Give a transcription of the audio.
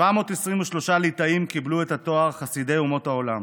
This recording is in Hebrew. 723 ליטאים קיבלו את התואר חסידי אומות העולם.